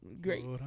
Great